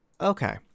Okay